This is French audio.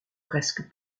presque